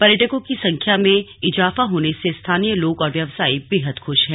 पर्यटकों की संख्या में इजाफा होने से स्थानीय लोग और व्यवसायी बेहद ख्श हैं